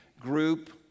group